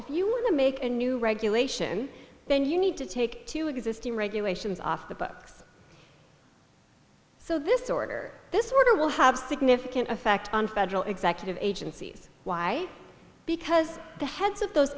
if you want to make a new regulation then you need to take two existing regulations off the books so this order this water will have significant effect on federal executive agencies why because the heads of those